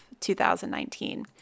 2019